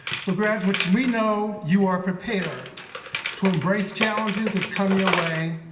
so graduates we know you are prepared to embrace challenges that come your way,